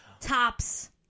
Tops